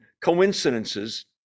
coincidences